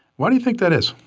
why do you think that is?